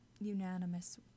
unanimous